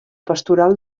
pastoral